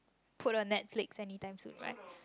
put on Netflix anytime soon right